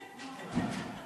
אם כן,